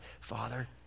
Father